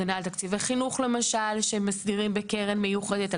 הגנה על תקציבי חינוך למשל שמסדירים בקרן מיוחדת,